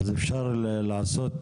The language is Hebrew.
אז אפשר לעשות,